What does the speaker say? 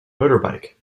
motorbike